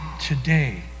today